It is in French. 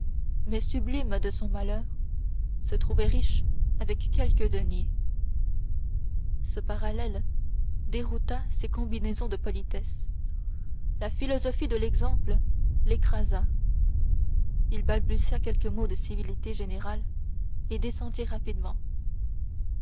mais sublime en son malheur se trouvait riche avec quelques deniers ce parallèle dérouta ses combinaisons de politesse la philosophie de l'exemple l'écrasa il balbutia quelques mots de civilité générale et descendit rapidement